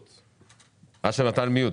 הגליל והכרמל.